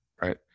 right